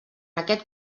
aquest